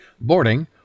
boarding